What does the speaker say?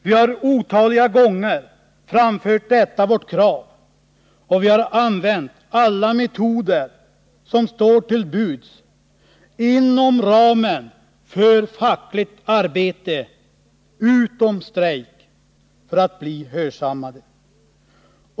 Vi har otaliga gånger framfört detta vårt krav, och vi har använt alla metoder som står till buds inom ramen för fackligt arbete, utom strejk, för att bli hörsammade.